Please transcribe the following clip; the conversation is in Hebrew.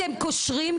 אתם קושרים,